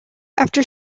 after